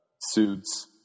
Suits